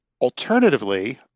Alternatively